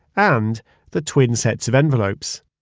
and the twin sets of envelopes.